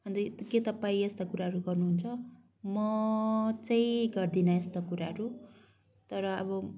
अन्त के तपाईँ यस्तो कुराहरू गर्नुहुन्छ म चाहिँ गर्दिनँ यस्ता कुराहरू तर अब